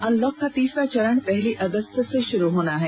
unlock का तीसरा चरण पहली अगस्त से शुरू होना है